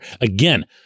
Again